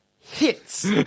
hits